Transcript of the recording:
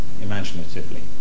imaginatively